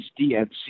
DNC